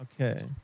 Okay